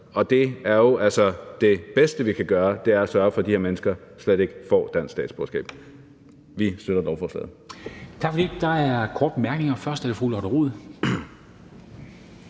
integreret. Og det bedste, vi kan gøre, er at sørge for, at de her mennesker slet ikke får dansk statsborgerskab. Vi støtter lovforslaget.